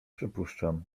przypuszczam